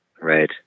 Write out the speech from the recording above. Right